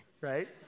right